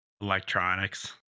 electronics